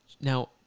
now